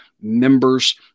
members